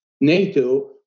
NATO